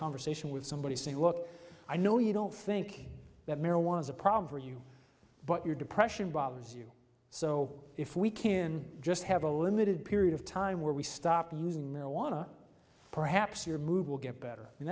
conversation with somebody saying look i know you don't think that marijuana is a problem for you but your depression bothers you so if we can just have a limited period of time where we stop using marijuana perhaps your mood will get better